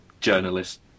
journalist